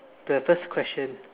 the first question